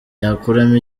yakuramo